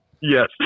Yes